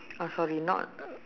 oh sorry not